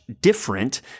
different